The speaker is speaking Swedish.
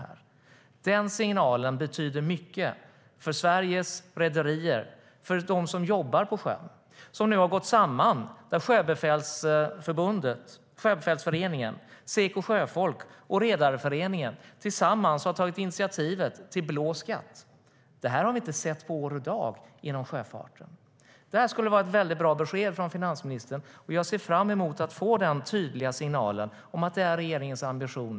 En sådan signal betyder mycket för Sveriges rederier och för dem som jobbar på sjön. Sjöbefälsföreningen, Seco sjöfolk och Sveriges Redareförening har nu tillsammans tagit initiativ till en blå skatt. Det här har vi inte sett på år och dag inom sjöfarten. Det skulle vara ett väldigt bra besked från finansministern. Jag ser fram emot att under slutanförandet få denna tydliga signal om att det är regeringens ambition.